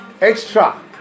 extra